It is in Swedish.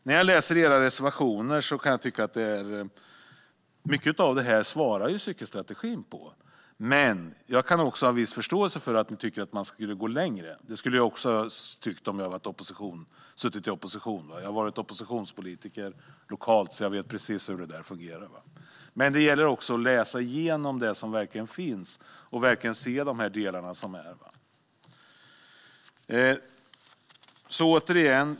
När jag läser era reservationer kan jag tycka att cykelstrategin svarar på mycket av det, men jag kan också ha viss förståelse för att ni tycker att man skulle gå längre. Det skulle jag också ha tyckt om jag suttit i opposition. Jag har varit oppositionspolitiker lokalt, så jag vet precis hur det där fungerar. Men det gäller också att läsa igenom det som verkligen finns och se det.